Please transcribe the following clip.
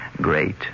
great